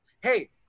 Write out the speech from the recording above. Hey